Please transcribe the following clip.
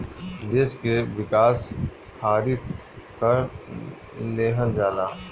देस के विकास खारित कर लेहल जाला